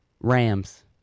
Rams